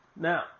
Now